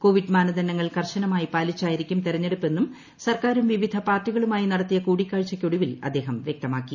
Covid മാനദണ്ഡങ്ങൾ കർശനമായി പാലിച്ചായിരിക്കും തെരഞ്ഞെടുപ്പെന്നും സർക്കാരും വിവിധ പാർട്ടികളുമായി നടത്തിയ കൂടിക്കാഴ്ചയ്ക്കൊടുവിൽ അദ്ദേഹം വ്യക്തമാക്കി